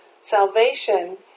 Salvation